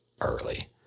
early